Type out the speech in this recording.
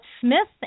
Smith